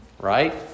right